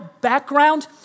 background